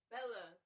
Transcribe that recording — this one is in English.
Bella